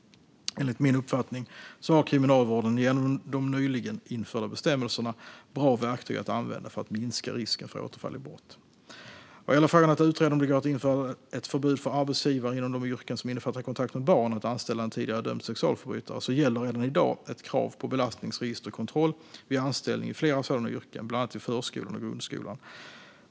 Enligt min uppfattning har Kriminalvården, genom de nyligen införda bestämmelserna, bra verktyg att använda för att minska risken för återfall i brott. Vad gäller frågan om att utreda om det går att införa ett förbud för arbetsgivare inom de yrken som innefattar kontakt med barn att anställa en tidigare dömd sexualförbrytare gäller redan i dag ett krav på belastningsregisterkontroll vid anställning i flera sådana yrken, bland annat i förskolan och grundskolan.